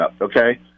okay